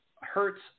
hurts